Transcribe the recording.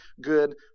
good